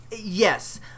Yes